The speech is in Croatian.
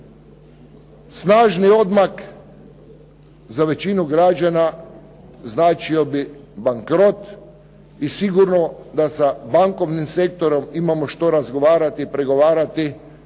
snažni odmak za većinu građana značio bi bankrot i sigurno da sa bankovnim sektorom imamo što razgovarati, pregovarati.